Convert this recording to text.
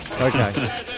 Okay